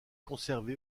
conservée